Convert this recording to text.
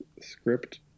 Script